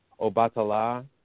Obatala